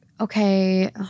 okay